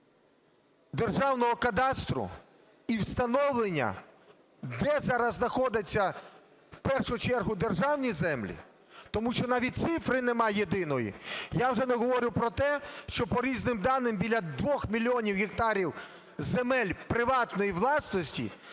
державного кадастру і встановлення, де зараз знаходяться, в першу чергу, державні землі, тому що навіть цифри нема єдиної. Я вже не говорю про те, що по різним даним біля 2 мільйонів гектарів земель приватної власності